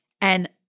And-